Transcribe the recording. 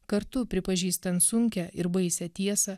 kartu pripažįstant sunkią ir baisią tiesą